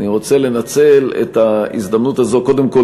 אני רוצה לנצל את ההזדמנות הזו קודם כול